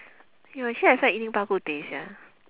!aiyo! actually I feel like eating bak kut teh sia